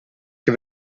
che